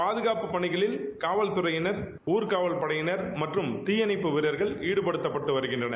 பாதுகாப்பு பணிகளில் காவல்துறையினர் ஊர்காவல் படையினர் மற்றும் தீயணைப்பு வீரர்கள் ஈடுபடுத்தப்பட்டு வருகின்றனர்